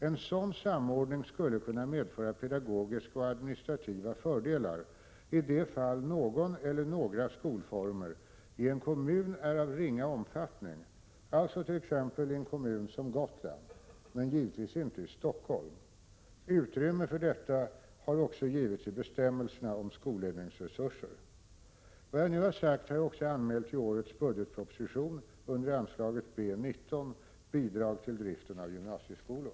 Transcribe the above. En sådan samordning skulle kunna medföra pedagogiska och administrativa fördelar i de fall någon eller några skolformer i en kommun är av ringa omfattning, alltså t.ex. i en kommun som Gotland, men givetvis inte i Stockholm. Utrymme för detta har också givits i bestämmelserna om skolledningsresurser. Vad jag nu har sagt har jag också anmält i årets budgetproposition under anslaget B 19. Bidrag till driften av gymnasieskolor.